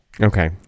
Okay